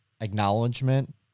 acknowledgement